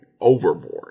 overboard